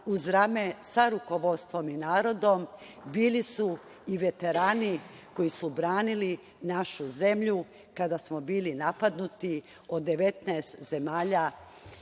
uz rame sa rukovodstvom i narodom bili su i veterani koji su branili našu zemlju kada smo bili napadnuti od 19 zemalja